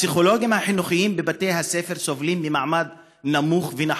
הפסיכולוגים החינוכיים בבתי הספר סובלים ממעמד נמוך ונחות,